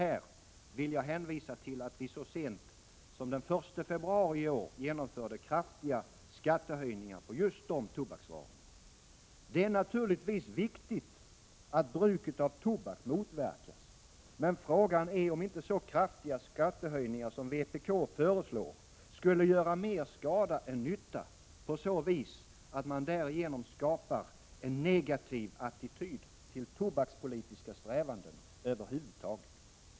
Här vill jag hänvisa till att vi så sent som den 1 februari i år genomförde kraftiga skattehöjningar på just dessa tobaksvaror. Det är naturligtvis viktigt att bruket av tobak motverkas, men frågan är om inte så kraftiga skattehöjningar som vpk föreslår skulle göra mer skada än nytta på så vis att man därigenom skapar en negativ attityd till tobakspolitiska strävanden över huvud taget.